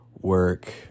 work